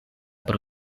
pro